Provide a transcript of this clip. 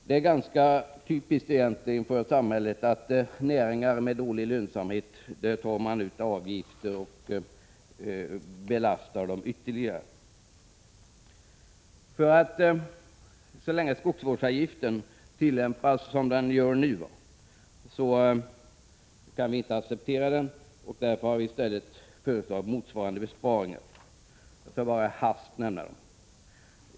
Det är egentligen ganska typiskt att näringar med dålig lönsamhet belastas ytterligare med avgifter. Så länge som skogsvårdsavgiften används som nu kan vi inte acceptera den. Därför har vi föreslagit besparingar av motsvarande storlek. Jag vill bara helt kort nämna dessa.